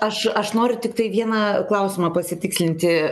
aš aš noriu tiktai vieną klausimą pasitikslinti